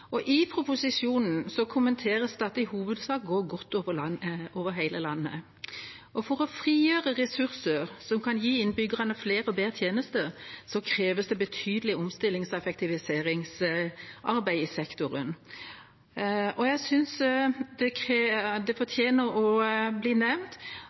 og i proposisjonen kommenteres det at det i hovedsak går godt over hele landet. For å frigjøre ressurser som kan gi innbyggerne flere og bedre tjenester, kreves det et betydelig omstillings- og effektiviseringsarbeid i sektoren. Jeg synes det fortjener å bli nevnt